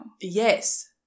Yes